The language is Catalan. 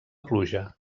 pluja